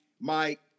Mike